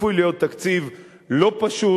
צפוי להיות תקציב לא פשוט,